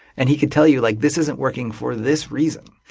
and he could tell you like this isn't working for this reason.